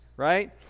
Right